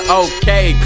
okay